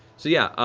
so yeah,